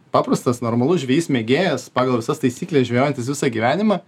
paprastas normalus žvejys mėgėjas pagal visas taisykles žvejojantis visą gyvenimą